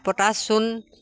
potash চোন